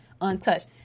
untouched